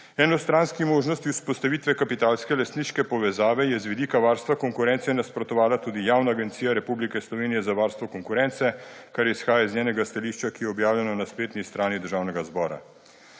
Enostranski možnosti vzpostavitve kapitalske lastniške povezave je z vidika varstva konkurence nasprotovala tudi Javna agencija Republike Slovenije za varstvo konkurence, kar izhaja iz njenega stališča, ki je objavljeno na spletni strani Državnega zbora.